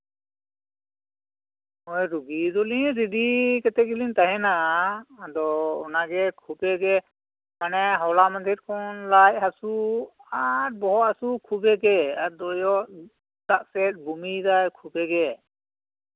ᱦᱳᱭ ᱨᱩᱜᱤ ᱫᱚᱞᱤᱧ ᱨᱮᱰᱤ ᱠᱟᱛᱮᱫ ᱜᱮᱞᱤᱧ ᱛᱟᱦᱮᱱᱟ ᱟᱫᱚ ᱚᱱᱟᱜᱮ ᱠᱷᱩᱵᱮᱜᱮ ᱢᱟᱱᱮ ᱦᱚᱞᱟ ᱢᱟᱦᱫᱮᱨ ᱠᱷᱚᱱ ᱞᱟᱡ ᱦᱟᱹᱥᱩ ᱟᱨ ᱵᱚᱦᱚᱜ ᱦᱟᱹᱥᱩ ᱠᱷᱩᱵᱮᱜᱮ ᱟᱨ ᱫᱚᱭᱚᱜ ᱫᱟᱜ ᱥᱮᱫ ᱵᱚᱢᱤᱭᱮᱫᱟᱭ ᱠᱷᱩᱵᱮᱜᱮ